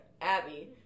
Abby